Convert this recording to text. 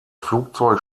flugzeug